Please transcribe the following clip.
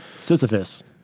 Sisyphus